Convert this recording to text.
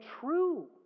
true